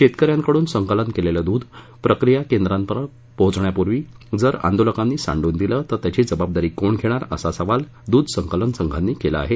शेतकन्यांकडून संकलन केलेल द्ध प्रक्रिया केंद्रापर्यंत पोहचण्यापूर्वी जर आंदोलकांनी सांडून दिलं तर त्याची जबाबदारी कोण घेणार असा सवाल दूध संकलन संघानी केला आहे